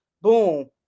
boom